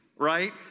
Right